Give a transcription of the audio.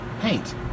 paint